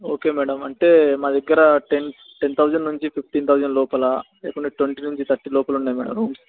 okay madam అంటే మా దగ్గర టెన్ టెన్ థౌజండ్ నుంచి ఫిఫ్టీన్ థౌజండ్ లోపల లేకుంటే ట్వంటీ నుంచి థర్టీ లోపల ఉన్నాయి మేడమ్ రూమ్స్